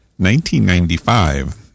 1995